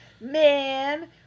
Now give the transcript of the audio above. man